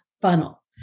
funnel